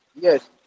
yes